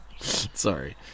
Sorry